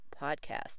Podcast